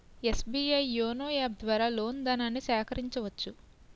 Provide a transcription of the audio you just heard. SBI YONO app ద్వారా loan ధనాన్ని సేకరించవచ్చు